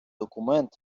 документ